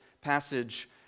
passage